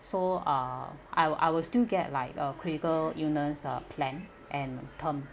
so uh I will I will still get like uh critical illness uh plan and term